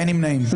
הצבעה לא אושרו.